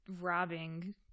robbing